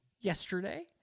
yesterday